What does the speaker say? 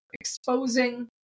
exposing